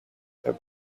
have